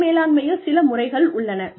தொழில் மேலாண்மையில் சில முறைகள் உள்ளன